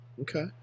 Okay